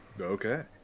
Okay